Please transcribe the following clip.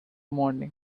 morning